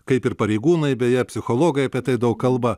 kaip ir pareigūnai beje psichologai apie tai daug kalba